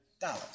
dollars